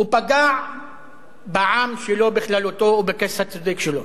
ופגע בעם שלו בכללותו וב-case הצודק שלו.